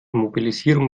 mobilisierung